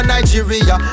Nigeria